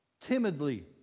timidly